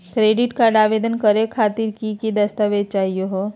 Credit card आवेदन करे खातिर की की दस्तावेज चाहीयो हो?